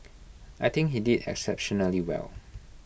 I think he did exceptionally well